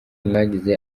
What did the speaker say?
mwagize